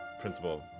principal